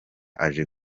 aje